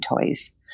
toys